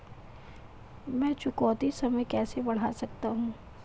मैं चुकौती समय कैसे बढ़ा सकता हूं?